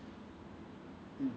so it's like it's a different